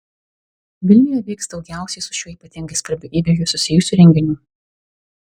vilniuje vyks daugiausiai su šiuo ypatingai svarbiu įvykiu susijusių renginių